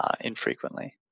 infrequently